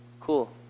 Cool